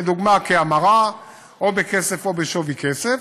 לדוגמה כהמרה או בכסף או בשווה-כסף.